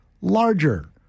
larger